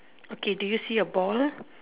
okay do you see a ball